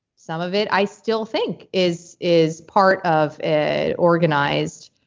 some of it i still think is is part of an organized